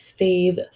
fave